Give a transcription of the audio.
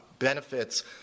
benefits